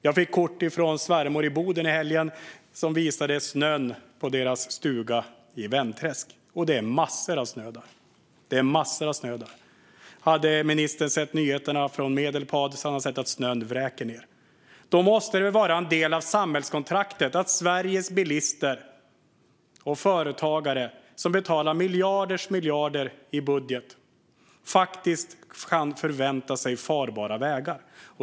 Jag fick kort från svärmor i Boden i helgen som visade snön på deras stuga i Vändträsk, och det är massor av snö där. Hade ministern sett nyheterna från Medelpad hade han sett att snön vräker ned. Det måste vara en del av samhällskontraktet att Sveriges bilister och företagare, som betalar miljarder i skatt, kan förvänta sig farbara vägar.